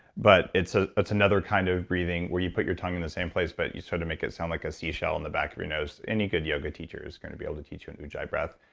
but it's ah it's another kind of breathing, where you put your tongue in the same place, but you sort of make it sound like a sea shell on the back of your nose any good yoga teacher is going to be able to teach you and an ujjayi breath.